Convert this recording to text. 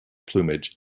plumage